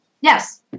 Yes